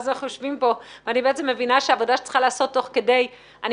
אז אנחנו יושבים כאן ואני מבינה שהעבודה שצריכה להיעשות תוך כדי אני